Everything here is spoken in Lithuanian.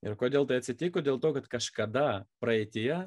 ir kodėl tai atsitiko dėl to kad kažkada praeityje